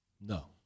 No